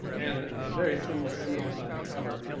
and very similar images on the cover,